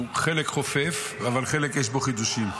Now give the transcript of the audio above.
שהוא חלק חופף, אבל חלק יש בו חידושים.